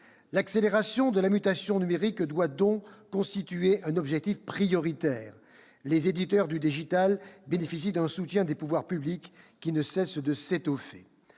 L'accélération de la mutation numérique doit donc constituer un objectif prioritaire. Les éditeurs du digital bénéficient d'un soutien des pouvoirs publics qui ne cesse de s'étoffer.